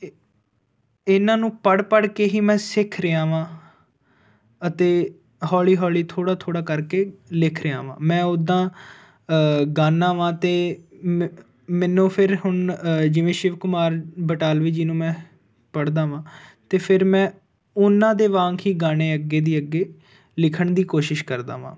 ਇਹ ਇਹਨਾਂ ਨੂੰ ਪੜ੍ਹ ਪੜ੍ਹ ਕੇ ਹੀ ਮੈਂ ਸਿੱਖ ਰਿਹਾ ਹਾਂ ਅਤੇ ਹੌਲੀ ਹੌਲੀ ਥੋੜ੍ਹਾ ਥੋੜ੍ਹਾ ਕਰਕੇ ਲਿਖ ਰਿਹਾ ਹਾਂ ਮੈਂ ਉੱਦਾਂ ਗਾਉਂਦਾ ਵਹਾਂ ਅਤੇ ਮੈ ਮੈਨੂੰ ਫਿਰ ਹੁਣ ਜਿਵੇਂ ਸ਼ਿਵ ਕੁਮਾਰ ਬਟਾਲਵੀ ਜੀ ਨੂੰ ਮੈਂ ਪੜ੍ਹਦਾ ਹਾਂ ਅਤੇ ਫਿਰ ਮੈਂ ਉਹਨਾਂ ਦੇ ਵਾਂਗ ਹੀ ਗਾਣੇ ਅੱਗੇ ਦੀ ਅੱਗੇ ਲਿਖਣ ਦੀ ਕੋਸ਼ਿਸ਼ ਕਰਦਾ ਹਾਂ